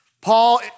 Paul